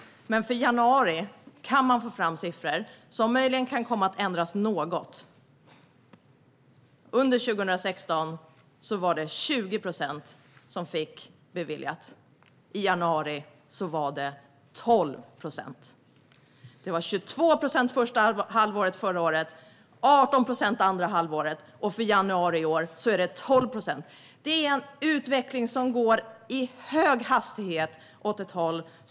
Men för januari kan man få fram siffror som möjligen kan komma att ändras något. Under 2016 var det 20 procent som fick detta beviljat. I januari var det 12 procent. Det var 22 procent första halvåret förra året och 18 procent andra halvåret. I januari i år var det 12 procent. Det är en utveckling som i hög hastighet går åt ett håll.